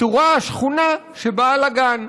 פטורה השכונה שבאה לגן.